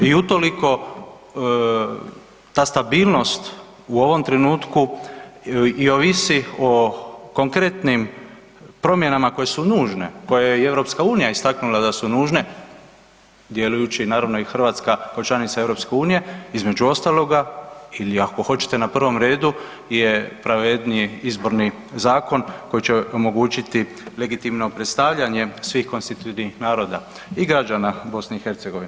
I utoliko ta stabilnost u ovom trenutku i ovisi o konkretnim promjenama koje su nužne, koje je i EU istaknula da su nužne djelujući naravno i Hrvatska kao članica EU, između ostaloga ili ako hoćete u prvom redu je pravedniji Izborni zakon koji će omogućiti legitimno predstavljanje svih konstitutivnih naroda i građana BiH.